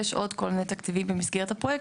יש עוד כול מיני תקציבים במסגרת הפרויקט